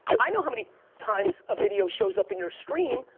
i know how many times a video shows up in your stream.